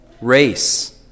race